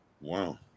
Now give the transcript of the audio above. wow